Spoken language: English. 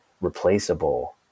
replaceable